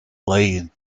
laying